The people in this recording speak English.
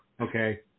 okay